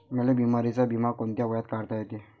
मले बिमारीचा बिमा कोंत्या वयात काढता येते?